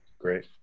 Great